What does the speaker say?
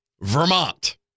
Vermont